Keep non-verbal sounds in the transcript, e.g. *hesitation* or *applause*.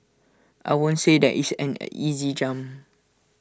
I won't say that is an *hesitation* easy jump